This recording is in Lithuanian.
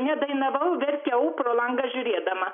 nedainavau verkiau pro langą žiūrėdama